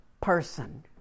person